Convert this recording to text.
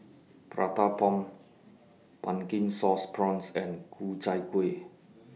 Prata Bomb Pumpkin Sauce Prawns and Ku Chai Kuih